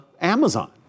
Amazon